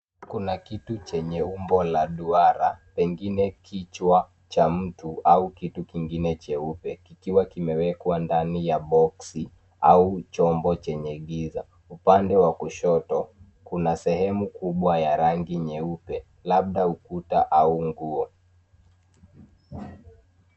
Kuna kitu chenye umbo la duara, pengine kichwa cha mtu au kitu kingine cheupe kikiwa kimewekwa ndani ya boksi au chombo chenye giza. Upande wa kushoto kuna sehemu kubwa ya rangi nyeupe labda ukuta au nguo.